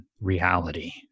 reality